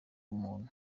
umuntu